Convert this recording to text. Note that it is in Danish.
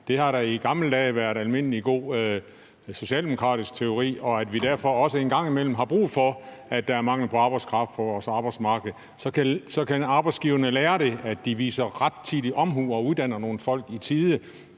det har da i gamle dage været almindelige god socialdemokratisk teori – og vi har derfor også engang imellem brug for, at der er mangel på arbejdskraft på vores arbejdsmarked. Så kan arbejdsgiverne lære det, så de viser rettidig omhu og uddanner nogle folk i tide.